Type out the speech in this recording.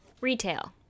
Retail